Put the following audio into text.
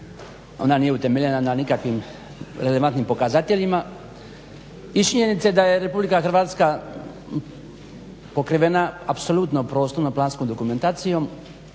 ona nije utemeljena na nikakvim relevantnim pokazateljima. I činjenica je da je RH pokrivena apsolutno prostorno-planskom dokumentacijom